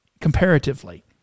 comparatively